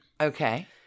Okay